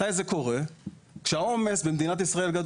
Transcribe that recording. זה קורה כאשר העומס במדינת ישראל.